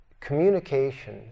communication